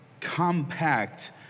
compact